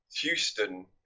Houston